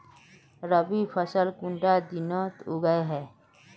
रवि फसल कुंडा दिनोत उगैहे?